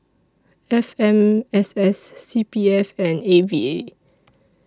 F M S S C P F and A V A